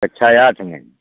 कक्षा आठ में